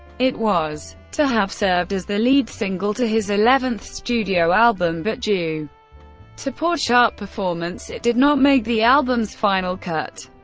it was to have served as the lead single to his eleventh studio album, but due to poor chart performance it did not make the album's final cut.